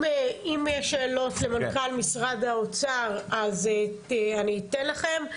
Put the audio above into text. אם יש שאלות למנכ"ל משרד האוצר, אני אתן לכם.